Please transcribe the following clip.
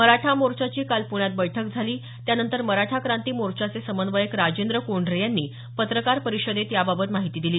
मराठा मोर्चाची काल प्ण्यात बैठक झाली त्यानंतर मराठा क्रांती मोर्चाचे समन्वयक राजेंद्र कोंढरे यांनी पत्रकार परिषदेत याबाबत माहिती दिली